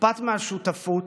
אכפת מהשותפות,